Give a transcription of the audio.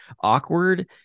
awkward